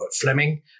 Fleming